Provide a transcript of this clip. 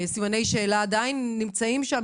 סימני שאלה עדיין נמצאים שם,